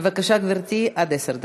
בבקשה, גברתי, עד עשר דקות.